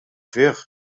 fih